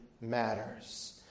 matters